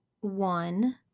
one